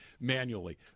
manually